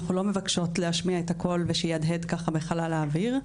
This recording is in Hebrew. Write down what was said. אנחנו לא מבקשות להשמיע את הקול ושיהדהד ככה בחלל האוויר,